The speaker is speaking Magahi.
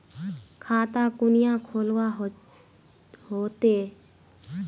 खाता कुनियाँ खोलवा होते?